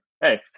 Hey